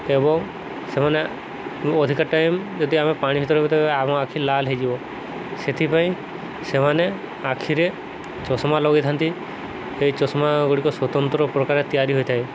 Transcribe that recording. ଏବଂ ସେମାନେ ଅଧିକା ଟାଇମ୍ ଯଦି ଆମେ ପାଣି ଭିତର ତେବେ ଆମ ଆଖି ଲାଲ ହୋଇଯିବ ସେଥିପାଇଁ ସେମାନେ ଆଖିରେ ଚଷମା ଲଗେଇଥାନ୍ତି ଏହି ଚଷମାଗୁଡ଼ିକ ସ୍ୱତନ୍ତ୍ର ପ୍ରକାର ତିଆରି ହୋଇଥାଏ